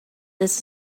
this